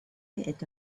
est